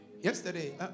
yesterday